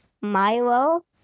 Milo